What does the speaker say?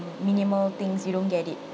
minimal things you don't get it